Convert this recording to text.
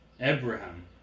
Abraham